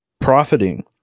profiting